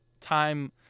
time